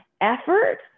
effort